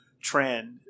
trend